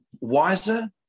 wiser